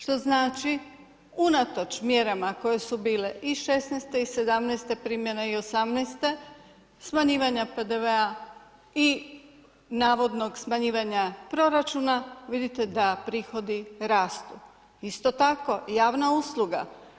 Što znači unatoč mjerama koje su bile i 2016. i 2017. primjene i 2018., smanjivanja PDV-a i navodnog smanjivanja proračuna, vidite da prihodi rastu, isto tako, javna usluga.